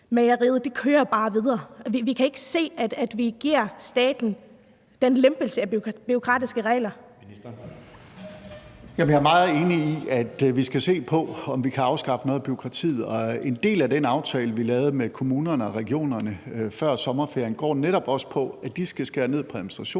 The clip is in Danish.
Søe): Ministeren. Kl. 13:13 Finansministeren (Nicolai Wammen): Jeg er meget enig i, at vi skal se på, om vi kan afskaffe noget af bureaukratiet. En del af den aftale, vi lavede med kommunerne og regionerne før sommerferien, går netop også på, at de skal skære ned på administration;